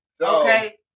Okay